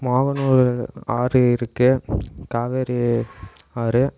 மோகனுறு ஆறு இருக்குது காவேரி ஆறு